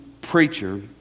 preacher